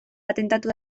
patentatu